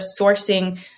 sourcing